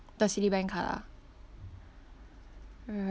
the Citibank card ah